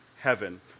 heaven